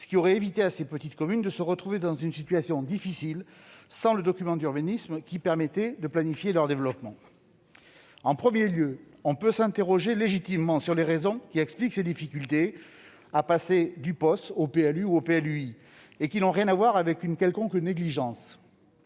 ce qui aurait évité à ces petites communes de se retrouver dans une situation difficile, sans les documents d'urbanisme qui leur permettaient de planifier leur développement. En premier lieu, on peut s'interroger légitimement sur les raisons qui expliquent ces difficultés à passer du POS au PLU ou au PLUi, difficultés qui n'ont rien à voir avec une quelconque négligence.